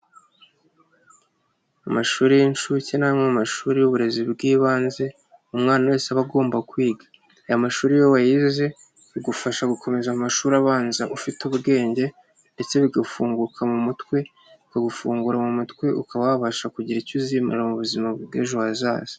Amashuri y'inshuke ni amwe mu mashuri y'uburezi bw'ibanze umwana wese aba agomba kwiga, aya mashuri iyo wayize bigufasha gukomeza amashuri abanza ufite ubwenge ndetse bigafunguka mu mutwe bikagufungura mu mutwe ukaba wabasha kugira icyo uzima mu buzima bw'ejo hazaza.